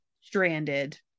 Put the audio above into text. stranded